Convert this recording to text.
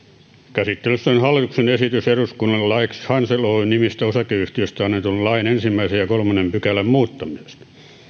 käsittelyssä on hallituksen esitys eduskunnalle laiksi hansel oy nimisestä osakeyhtiöstä annetun lain ensimmäisen ja kolmannen pykälän muuttamisesta